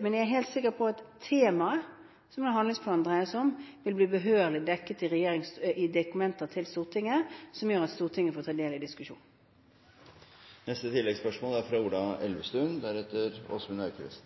Men jeg er helt sikker på at temaet som handlingsplanen dreier seg om, vil bli behørlig dekket i dokumenter til Stortinget, slik at Stortinget får ta del i diskusjonen. Ola Elvestuen – til oppfølgingsspørsmål. Bevaring av skog er